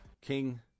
King